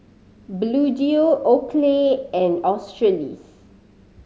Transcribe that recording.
Bluedio Oakley and Australis